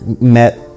met